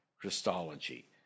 Christology